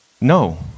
No